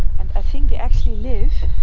and i think they actually live